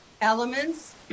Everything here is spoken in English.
elements